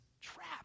trap